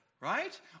right